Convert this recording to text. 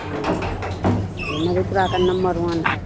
हाँ मधेपुरा का number one है हॉस्पिटल